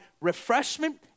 refreshment